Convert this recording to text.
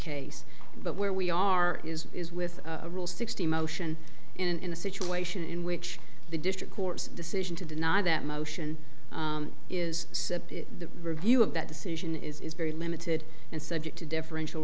case but where we are is is with rule sixty motion in a situation in which the district court's decision to deny that motion is the review of that decision is very limited and subject to differential